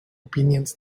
opinions